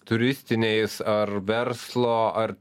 turistiniais ar verslo ar